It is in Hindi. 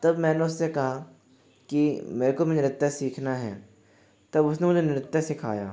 तब मैंने उससे कहा कि मेरे को भी नृत्य सीखना है तब उसने मुझे सिखाया